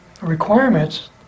requirements